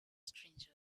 stranger